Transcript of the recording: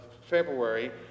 February